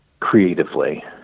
creatively